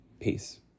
Peace